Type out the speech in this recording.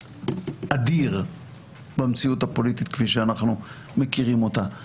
אדיר במציאות הפוליטית כפי שאנחנו מכירים אותה.